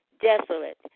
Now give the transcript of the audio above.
desolate